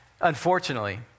Unfortunately